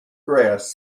grass